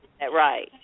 right